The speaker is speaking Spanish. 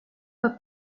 fue